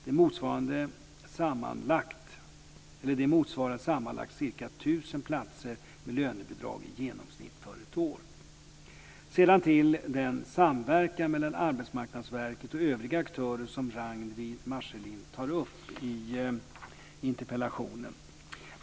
Det motsvarar sammanlagt ca 1 000 platser med lönebidrag i genomsnitt för ett år. Sedan till den samverkan mellan Arbetsmarknadsverket och övriga aktörer som Ragnwi Marcelind tar upp i interpellationen.